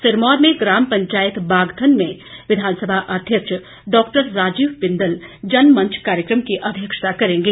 सिरमौर में ग्राम पंचायत बागथन में विधानसभा अध्यक्ष डॉ राजीव बिंदल जनमंच कार्यक्रम की अध्यक्षता करेगें